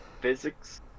physics